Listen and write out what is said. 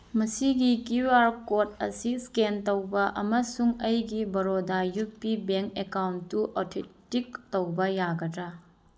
ꯃꯁꯤꯒꯤ Q R code ꯑꯁꯤ scan ꯇꯧꯕ ꯑꯃꯁꯨꯡ ꯑꯩꯒꯤ Baroda U P bank account authentic ꯇꯧꯕ ꯌꯥꯒꯗ꯭ꯔꯥ